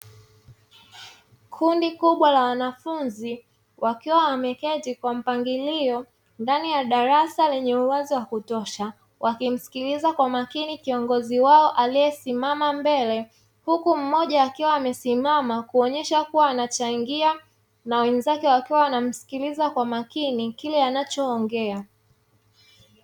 Kundi kubwa la wanafunzi wakiwa wameketi kwa mpangilio ndani ya darasa lenye uwezo wa kutosha wakimsikiliza kwa makini kiongozi wao aliyesimama mbele yao, mmoja akiwa amesimama kuonyesha kuwa anachangia na wenzake wakiwa wanamsikiliza kwa makini kile anachoongea.